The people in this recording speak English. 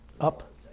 Up